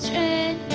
and